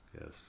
Yes